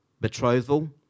betrothal